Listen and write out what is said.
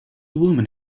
woman